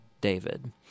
David